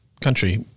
country